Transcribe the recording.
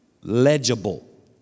Legible